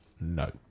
no